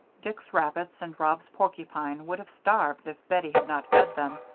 dick's rabbits and rob's porcupine would have starved if bettie had not fed them,